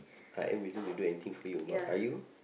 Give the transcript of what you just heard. like in between you do anything for it or not are you